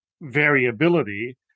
variability